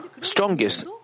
strongest